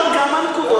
גברתי היושבת-ראש,